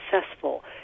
successful